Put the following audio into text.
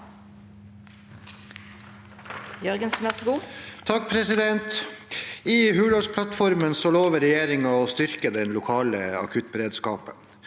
«I Hurdalsplattfor- men lover regjeringa å styrke den lokale akuttberedskapen.